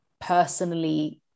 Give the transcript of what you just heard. personally